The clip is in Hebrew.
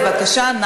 בבקשה.